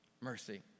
Mercy